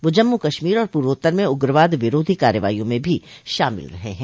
वह जम्मू कश्मीर और पूर्वोत्तर में उग्रवाद विरोधी कार्रवाइयों में भी शामिल रहे हैं